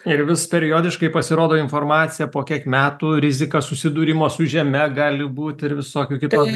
ir vis periodiškai pasirodo informacija po kiek metų rizika susidūrimo su žeme gali būti ir visokių kitokių